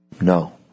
No